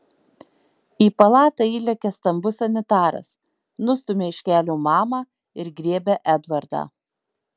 į palatą įlekia stambus sanitaras nustumia iš kelio mamą ir griebia edvardą